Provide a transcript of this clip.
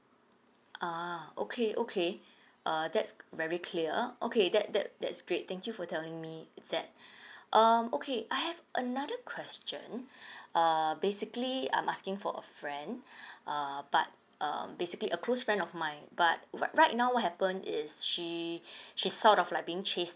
ah okay okay uh that's very clear okay that that that's great thank you for telling me that um okay I have another question err basically I'm asking for a friend uh but um basically a close friend of mine but right right now what happen is she she's sort of like being chased